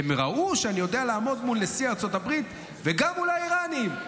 הם ראו שאני יודע לעמוד מול נשיא ארצות הברית וגם מול האיראנים.